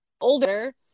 older